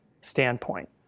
standpoint